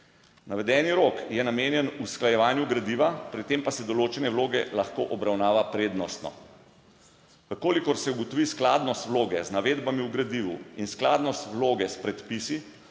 Navedeni rok je namenjen usklajevanju gradiva, pri tem pa se določene vloge lahko obravnava prednostno, v kolikor se ugotovi skladnost vloge z navedbami v gradivu in skladnost vloge s predpisi